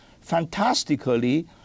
fantastically